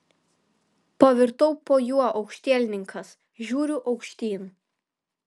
pavirtau po juo aukštielninkas žiūriu aukštyn